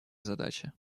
задаче